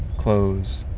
clothes